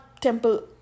temple